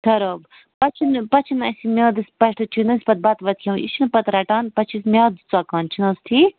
خراب پَتہٕ چھِنہٕ پتہٕ چھِنہٕ اَسہِ یہِ میادَس پٮ۪ٹھٕ چھِنہٕ اَسہِ پتہٕ بَتہٕ وَتہٕ کھیٚوان یہِ چھِنہٕ پتہٕ رٹان پتہٕ چھِ اَسہِ میادٕ ژۄکان چھِ حظ ٹھیٖک